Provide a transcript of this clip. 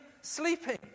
sleeping